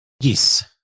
Yes